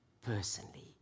personally